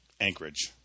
Anchorage